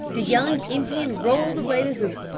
the young indian rolled away the hoop,